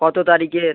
কতো তারিখের